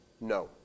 No